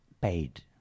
paid